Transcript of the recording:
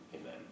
Amen